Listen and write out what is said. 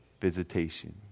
Visitation